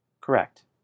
Correct